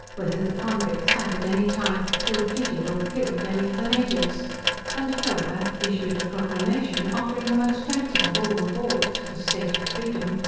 whether the convicts had at any time ill treated or killed any of the natives and farther, issued a proclamation, offering the most tempting of all rewards, a state of freedom,